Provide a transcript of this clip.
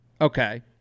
Okay